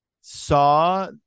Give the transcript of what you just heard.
saw